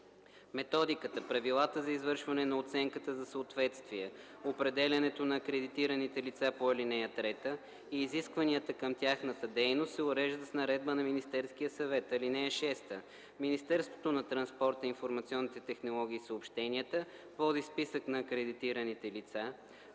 Методиката, правилата за извършване на оценката за съответствие, определянето на акредитираните лица по ал. 3 и изискванията към тяхната дейност се уреждат с наредба на Министерския съвет. (6) Министерството на транспорта, информационните технологии и съобщенията води списък на акредитираните лица,